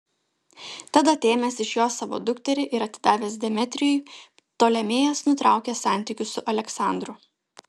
tad atėmęs iš jo savo dukterį ir atidavęs demetrijui ptolemėjas nutraukė santykius su aleksandru